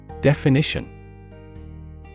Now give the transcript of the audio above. Definition